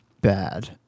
bad